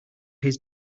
his